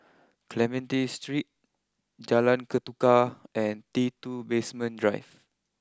Clementi Street Jalan Ketuka and T two Basement Drive